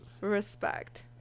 respect